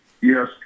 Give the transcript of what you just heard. yes